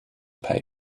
pay